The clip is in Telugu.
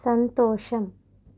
సంతోషం